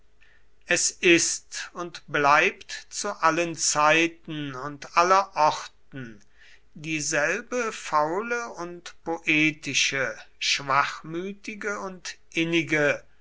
es ist und bleibt zu allen zeiten und aller orten dieselbe faule und poetische schwachmütige und innige